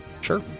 sure